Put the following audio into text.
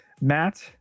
Matt